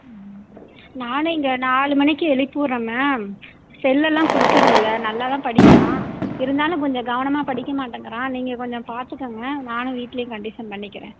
ம் நானும் இங்கே நாலு மணிக்கி எழுப்பி விட்றேன் மேம் செல்லெல்லாம் கொடுக்கறது இல்லை நல்லா தான் படிக்கிறான் இருந்தாலும் கொஞ்சம் கவனமாக படிக்க மாட்டேங்கிறான் நீங்கள் கொஞ்சம் பார்த்துக்கோங்க நானும் வீட்லையும் கண்டீஷன் பண்ணிக்கிறேன்